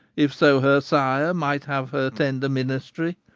if so her sire might have her tender ministry.